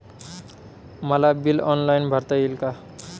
मला bill online भरता येईल का?